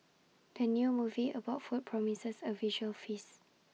the new movie about food promises A visual feast